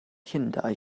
llundain